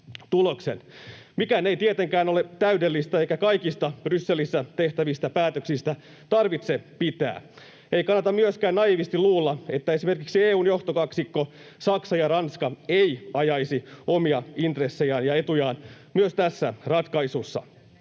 Mikään ei tietenkään ole täydellistä eikä kaikista Brysselissä tehtävistä päätöksistä tarvitse pitää. Ei kannata myöskään naiivisti luulla, että esimerkiksi EU:n johtokaksikko, Saksa ja Ranska, ei ajaisi omia intressejään ja etujaan myös tässä ratkaisussa.